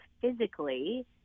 physically